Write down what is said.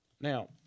Now